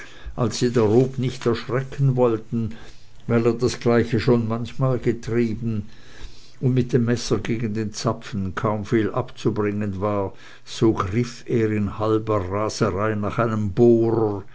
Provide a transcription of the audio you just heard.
als sie darob nicht erschrecken wollten weil er das gleiche schon manchmal getrieben und mit dem messer gegen den zapfen kaum viel abzubringen war so griff er in halber raserei nach einem bohrer